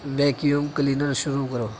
vacuum cleaner شروع کرو